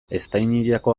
espainiako